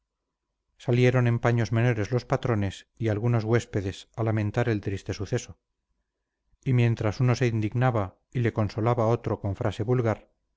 salieron en paños menores los patrones y algunos huéspedes a lamentar el triste suceso y mientras uno se indignaba y le consolaba otro con frase vulgar